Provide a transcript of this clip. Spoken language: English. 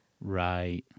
Right